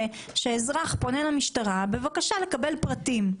שאזרח פונה למשטרה בבקשה לקבל פרטים.